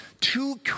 two